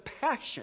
passion